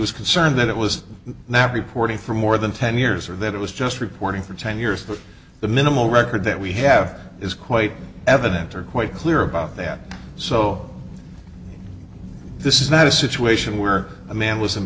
was concerned that it was not reporting for more than ten years or that it was just reporting for ten years that the minimal record that we have is quite evident are quite clear about that so this is not a situation where a man was in